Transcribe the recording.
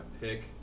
pick